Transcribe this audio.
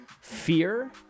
fear